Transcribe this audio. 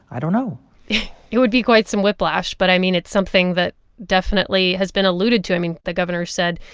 i don't know it would be quite some whiplash, but, i mean, it's something that definitely has been alluded to. i mean, the governor said,